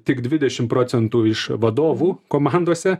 tik dvidešimt procentų iš vadovų komandose